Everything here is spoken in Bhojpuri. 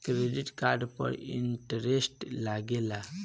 क्रेडिट कार्ड पर इंटरेस्ट लागेला?